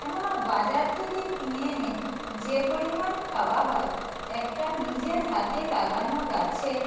কেননা বাজার থেকে কিনে এনে যে পরিমাণ খাওয়া হয় একটা নিজের হাতে লাগানো গাছে